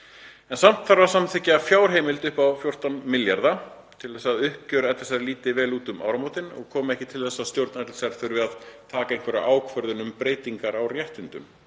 Samt þarf að samþykkja fjárheimild upp á 14 milljarða til þess að uppgjör LSR líti vel út um áramótin og ekki komi til þess að stjórn LSR þurfi að taka einhverja ákvörðun um breytingar á réttindum.